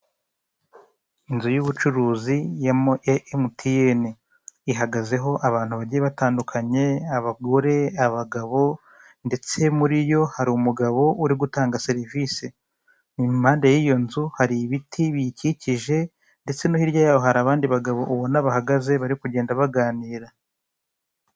Inzu y'ubucuruzi ya emutiyeni ihagazeho abantu bagiye batandukanye, abagore, abagabo, ndetse muri yo harimo umugabo uri gutanga serivisi. Impande y'iyo nzu hari ibiti biyikikije, ndetse no hirya yaho hari abandi bagabo, ubona bahagaze, bari kugenda baganira.